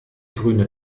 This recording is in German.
grüne